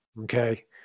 Okay